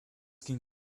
ging